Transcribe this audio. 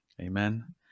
Amen